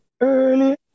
early